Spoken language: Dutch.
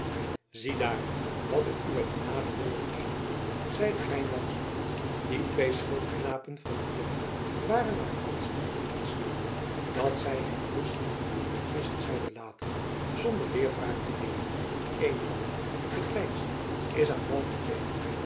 ziedaar wat ik uwe genade wilde verhalen zeide krijn jansz die twee schildknapen van den ridder waren maar gansch niet in hun schik dat zij hem dus in de macht der friezen zouden laten zonder weerwraak te nemen een van hen de kleinste is aan wal gebleven